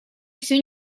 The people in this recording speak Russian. все